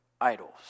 idols